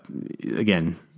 again